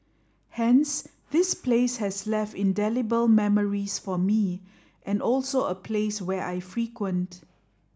hence this place has left indelible memories for me and also a place where I frequent